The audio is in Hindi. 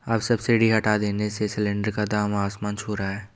अब सब्सिडी हटा देने से सिलेंडर का दाम आसमान छू रहा है